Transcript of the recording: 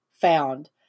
found